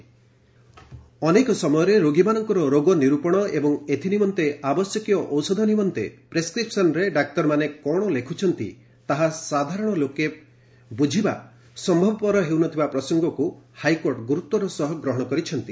ହାଇକୋର୍ଟଙ୍କ ନିର୍ଦ୍ଦେଶ ଅନେକ ସମୟରେ ରୋଗୀମାନଙ୍କର ରୋଗ ନିର୍ପଶ ଏବଂ ଏଥିନିମନ୍ତେ ଆବଶ୍ୟକୀୟ ଔଷଧ ନିମନ୍ତେ ପ୍ରେସ୍କ୍ରିପ୍ସନ୍ରେ ଡାକ୍ତରମାନେ କ'ଣ ଲେଖୁଛନ୍ତି ତାହା ସାଧାରଣ ଲୋକ ପାଖରେ ବୃଝିବା ସ ହେଉନଥିବା ପ୍ରସଙ୍ଗକୁ ହାଇକୋର୍ଟ ଗୁରୁତ୍ୱର ସହ ଗ୍ରହଣ କରିଛନ୍ତି